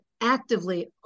actively